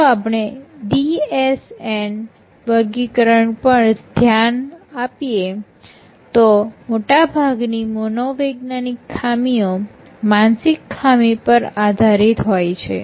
જો આપણે DSN વર્ગીકરણ પર ધ્યાન આપીએ તો મોટાભાગની મનોવૈજ્ઞાનિક ખામીઓ માનસિક ખામી પર આધારિત હોય છે